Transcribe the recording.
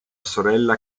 sorella